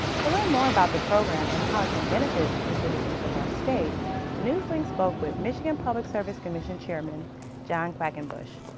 to learn more about the program and how it can benefit the citizens of our state, the news link spoke with michigan public service commission chairman john quackenbush.